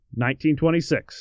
1926